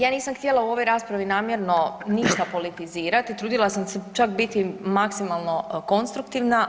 Ja nisam htjela u ovoj raspravi namjerno ništa politizirati i trudila sam se čak biti maksimalno konstruktivna.